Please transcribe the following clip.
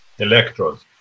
electrodes